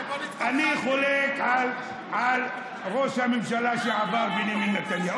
אני חולק על ראש הממשלה לשעבר בנימין נתניהו.